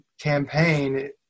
campaign